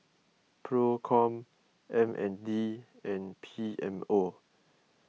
Procom M N D and P M O